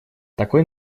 такой